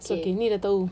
so K ni dah tahu